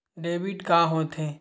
Debit का होथे?